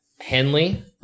Henley